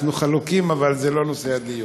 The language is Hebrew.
אנחנו חלוקים, אבל זה לא נושא הדיון.